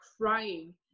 crying